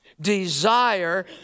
desire